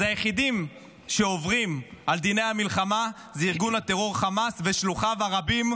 היחידים שעוברים על דיני המלחמה הם ארגון הטרור חמאס ושלוחיו הרבים,